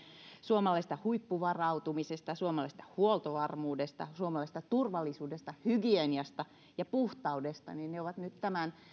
suomalaisesta huippuvarautumisesta suomalaisesta huoltovarmuudesta suomalaisesta turvallisuudesta hygieniasta ja puhtaudesta ne ovat nyt tämän